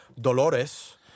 Dolores